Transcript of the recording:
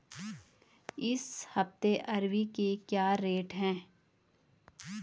इस हफ्ते अरबी के क्या रेट हैं?